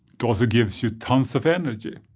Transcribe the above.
because it gives you tons of energy,